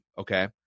Okay